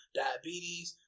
diabetes